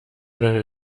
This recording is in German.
deine